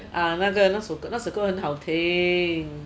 啊那个那首歌很好听